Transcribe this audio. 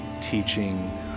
teaching